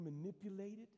manipulated